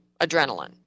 adrenaline